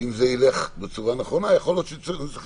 שאם זה ילך בצורה נכונה יכול להיות שצריך